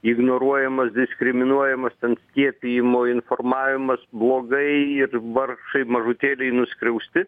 ignoruojamas diskriminuojamas ten skiepijimo informavimas blogai ir vargšai mažutėliai nuskriausti